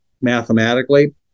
mathematically